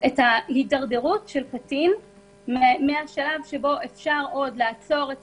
את ההתדרדרות של קטין מהשלב שבו אפשר עוד לעצור את